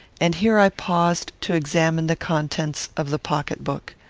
and here i paused to examine the contents of the pocket-book.